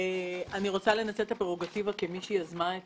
אני רוצה לנצל את הפררוגטיבה, וזאת כמי שיזמה את